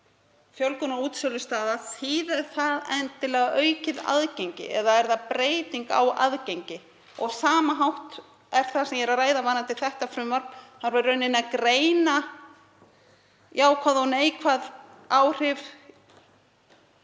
fjölgun útsölustaða? Þýðir það endilega aukið aðgengi eða er það breyting á aðgengi? Á sama hátt er það sem ég er að ræða varðandi þetta frumvarp í rauninni að greina jákvæð og neikvæð áhrif.